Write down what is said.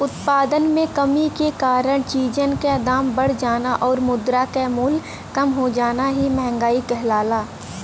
उत्पादन में कमी के कारण चीजन क दाम बढ़ जाना आउर मुद्रा क मूल्य कम हो जाना ही मंहगाई कहलाला